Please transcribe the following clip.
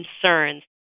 concerns